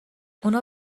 اونا